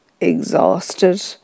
exhausted